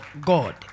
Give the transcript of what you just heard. God